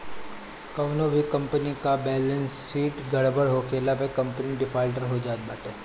कवनो भी कंपनी कअ बैलेस शीट गड़बड़ होखला पे कंपनी डिफाल्टर हो जात बाटे